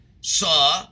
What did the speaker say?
saw